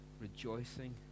rejoicing